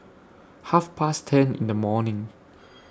Half Past ten in The morning